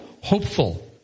hopeful